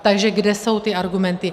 Takže kde jsou ty argumenty?